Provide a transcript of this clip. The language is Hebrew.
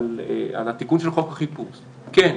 על התיקון של חוק החיפוש כן,